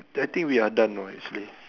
I think we are done know actually